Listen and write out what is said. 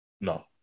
No